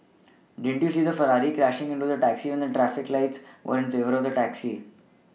didn't you see the Ferrari crashing into the taxi when the traffic lights were in favour of the taxi